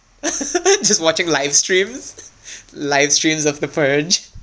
just watching live streams live streams of the purge